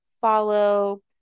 follow